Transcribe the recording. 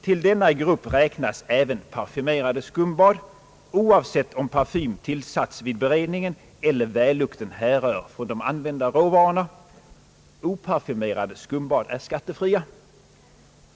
Till denna grupp räknas även parfymerade skumbad, oavsett om parfym tillsatts vid beredningen eller vällukten härrör från de använda råvarorna. Oparfymerade skumbad är skattefria.